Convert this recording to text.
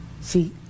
See